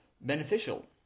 beneficial